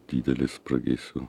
didelę spragėsių